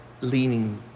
leaning